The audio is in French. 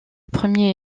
premier